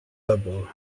tobą